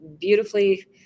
beautifully